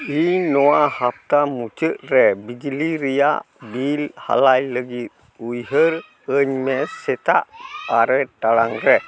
ᱤᱧ ᱱᱚᱣᱟ ᱦᱟᱯᱛᱟ ᱢᱩᱪᱟᱹᱫ ᱨᱮ ᱵᱤᱡᱽᱞᱤ ᱨᱮᱭᱟᱜ ᱵᱤᱞ ᱦᱟᱞᱟᱭ ᱞᱟᱹᱜᱤᱫ ᱩᱭᱦᱟᱹᱨ ᱟᱹᱧᱢᱮ ᱥᱮᱛᱟᱜ ᱟᱨᱮ ᱴᱟᱲᱟᱝ ᱨᱮ